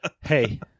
Hey